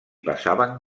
passaven